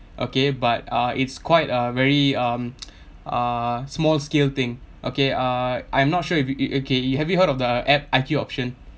okay but uh it's quite a very um uh small scale thing okay uh I'm not sure if it okay you have you heard of the app I_Q option